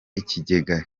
ikigega